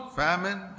famine